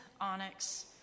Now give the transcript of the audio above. onyx